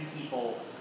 people